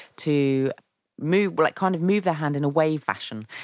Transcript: to move but like kind of move their hand in a wave fashion,